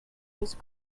just